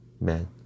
man